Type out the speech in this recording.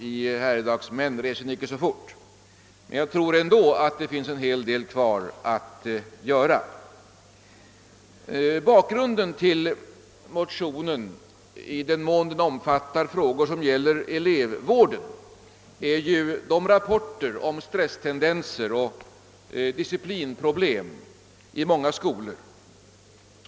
I herredagsmän, reser icke så fort!» Jag tror emellertid ändå att det återstår en hel del att göra. Bakgrunden till motionen i vad avser frågor som gäller elevvården är ju de rapporter om stresstendenser och disciplinproblem som förekommit från många skolor.